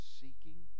seeking